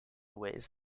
ways